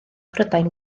prydain